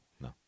no